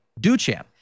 Duchamp